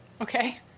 Okay